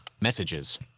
Messages